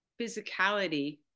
physicality